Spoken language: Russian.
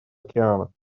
океана